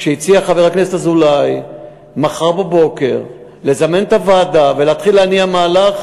כשהציע חבר הכנסת אזולאי לזמן את הוועדה מחר בבוקר ולהתחיל להניע מהלך,